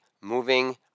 moving